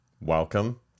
Welcome